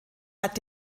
hat